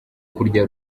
kurya